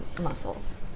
muscles